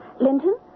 Linton